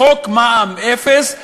בחוק מע"מ אפס,